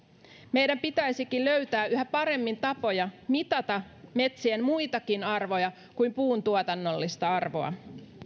meidän pitäisikin löytää yhä paremmin tapoja mitata metsien muitakin arvoja kuin puuntuotannollista arvoa